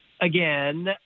again